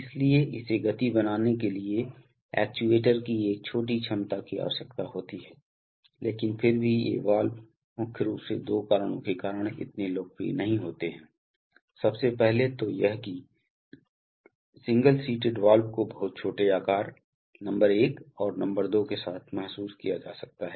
इसलिए इसे गति बनाने के लिए एक्ट्यूएटर की एक छोटी क्षमता की आवश्यकता होती है लेकिन फिर भी ये वाल्व मुख्य रूप से दो कारणों के कारण इतने लोकप्रिय नहीं होते हैं सबसे पहले तो यह कि सिंगल सीटेड वॉल्व को बहुत छोटे आकार नंबर एक और नंबर दो के साथ महसूस किया जा सकता है